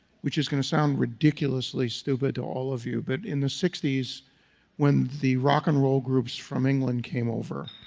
which is going to sound ridiculously stupid to all of you. but in the sixty s when the rock-and-roll groups from england came over,